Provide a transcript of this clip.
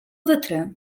wytrę